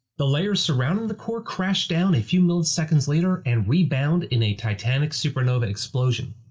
the layers surrounding the core crash down a few milliseconds later and rebound in a titanic supernova explosion.